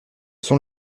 sont